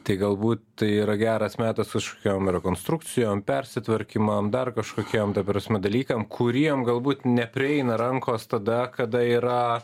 tai galbūt tai yra geras metas kažkokiom rekonstrukcijom persitvarkymam dar kažkokiem ta prasme dalykam kuriem galbūt neprieina rankos tada kada yra